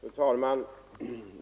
Fru talman!